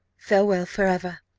farewell for ever!